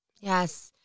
Yes